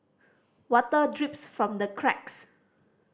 water drips from the cracks